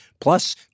plus